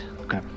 Okay